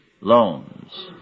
Loans